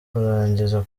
kurangiza